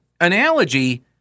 analogy